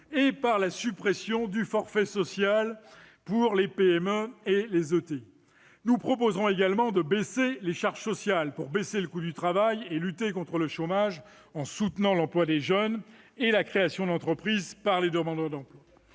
et par la suppression du forfait social pour les PME et les ETI. Nous proposerons également de baisser les charges sociales, pour diminuer le coût du travail et lutter contre le chômage, en soutenant l'emploi des jeunes et la création d'entreprise par les demandeurs d'emploi.